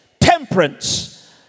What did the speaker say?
temperance